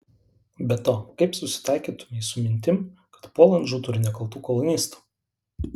be to kaip susitaikytumei su mintim kad puolant žūtų ir nekaltų kolonistų